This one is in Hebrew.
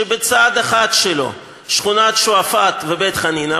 שבצד אחד שלו השכונות שועפאט ובית-חנינא,